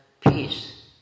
peace